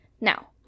Now